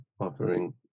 offering